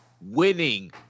winning